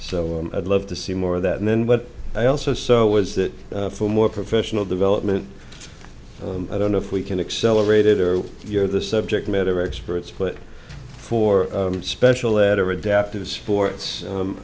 so i'd love to see more of that and then what i also saw was that for more professional development i don't know if we can accelerate it or you're the subject matter experts but for special ed or adaptive sports